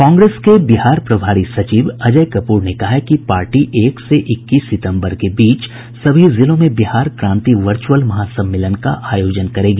कांग्रेस के बिहार प्रभारी सचिव अजय कपूर ने कहा है कि पार्टी एक से इक्कीस सितंबर के बीच सभी जिलों में बिहार क्रांति वर्चअल महासम्मेलन का आयोजन करेगी